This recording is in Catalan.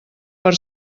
per